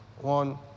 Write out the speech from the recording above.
One